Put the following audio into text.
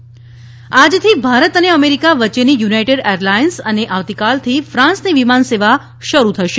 S વિમાન આજથી ભારત અને અમેરિકા વચ્ચેની યુનાઈટેડ એરલાઇન્સ અને આવતીકાલથી ફાન્સની વિમાનસેવા શરૂ થશે